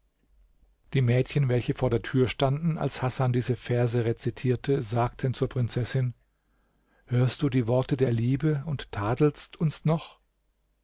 die mädchen welche vor der türe standen als hasan diese verse rezitierte sagten zur prinzessin hörst du die worte der liebe und tadelst uns noch